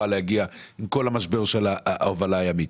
להגיע עם כל המשבר של ההובלה הימית.